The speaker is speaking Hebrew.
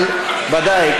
אבל ודאי.